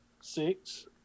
six